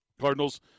Cardinals